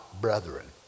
brethren